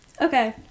okay